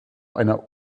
einer